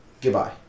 goodbye